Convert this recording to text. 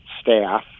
staff